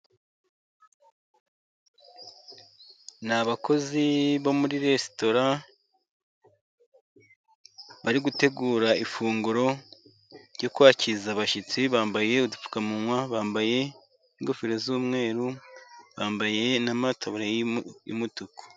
Ni abakozi bo muri resitora bari gutegura ifunguro ryo kwakiriza abashyitsi, bambaye udupfukamunwa, bambaye ingofero z'umweru, bambaye n'amataburiya y'umutuku.